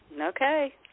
okay